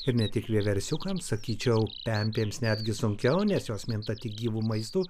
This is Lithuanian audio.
ir ne tik vieversiukas sakyčiau pempėms netgi sunkiau nes jos minta tik gyvu maistu